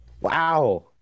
Wow